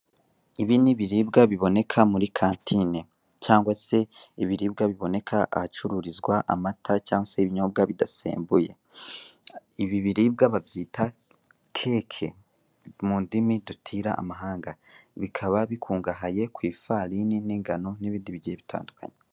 Ibi ni ikiribwa biboneka muri kantine cyangwa se ibiribwa biboneka ahacururizwa amata cyangwa se ibinyobwa bidasembuye, ibi biribwa babyita keke mu ndimi dutira amahanga, bikaba bikungahaye ku ifarini n'ingano n'ibindi bigiye bitandukanye.